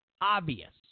Obvious